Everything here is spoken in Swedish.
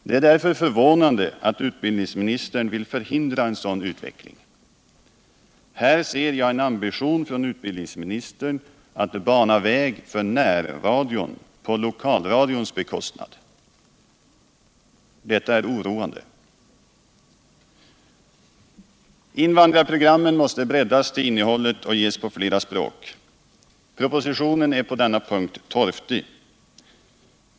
Det är därför förvånande att utbildningsministern vill förhndra en sådan utveckling. Här ser jag en ambition från utbildningsministern att bana väg för närradion på lokalradions bekostnad. Denna är oroande. Invandrarprogrammen måste breddas till innehållet och ges på fler språk. Propositionen är på denna punkt torftig.